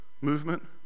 movement